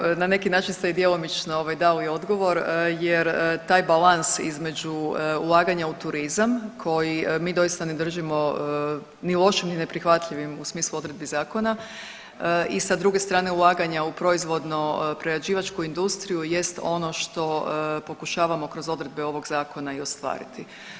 Pa evo na neki način ste i djelomično ovaj, dali odgovor jer taj balans između ulaganja u turizam koji mi doista ne držimo ni lošim ni neprihvatljivim u smislu odredbi Zakona i sa druge strane, ulaganja u proizvodno-prerađivačku industriju jest ono što pokušavamo kroz odredbe ovog Zakona i ostvariti.